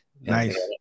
Nice